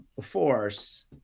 force